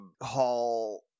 hall